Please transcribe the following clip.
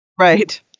right